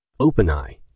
OpenEye